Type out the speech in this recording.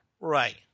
Right